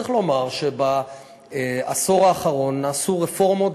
צריך לומר שבעשור האחרון נעשו רפורמות.